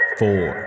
four